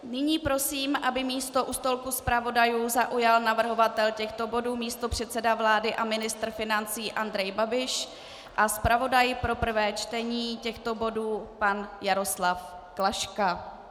Nyní prosím, aby místo u stolku zpravodajů zaujal navrhovatel těchto bodů místopředseda vlády a ministr financí Andrej Babiš a zpravodaj pro prvé čtení těchto bodů pan Jaroslav Klaška.